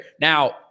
Now